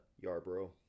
yarborough